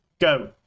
go